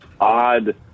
odd